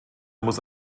muss